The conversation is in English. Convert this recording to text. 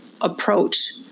approach